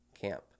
camp